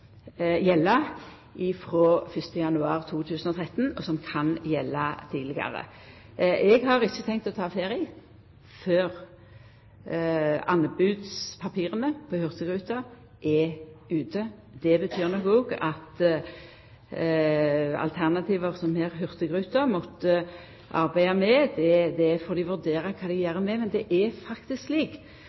gjelda frå 1. januar 2013, og som kan gjelda tidlegare. Eg har ikkje tenkt å ta ferie før anbodspapira for hurtigruta er ute. Det betyr nok òg at alternativ som Hurtigruten måtte arbeida med, får dei vurdera kva dei gjer med, men det er faktisk slik